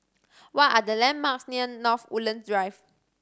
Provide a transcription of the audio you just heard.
what are the landmarks near North Woodlands Drive